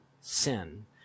sin